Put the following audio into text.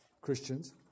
Christians